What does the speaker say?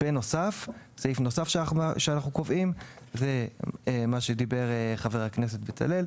סעיף נוסף שאנחנו קובעים הוא זה שעליו דיבר חבר הכנסת בצלאל,